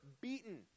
beaten